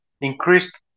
increased